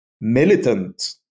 militant